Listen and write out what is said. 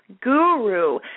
guru